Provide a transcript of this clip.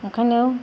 ओंखायनो